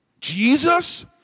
Jesus